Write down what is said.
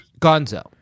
Gonzo